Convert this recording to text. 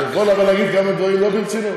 אבל אני יכול להגיד כמה דברים לא ברצינות?